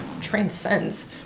transcends